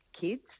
kids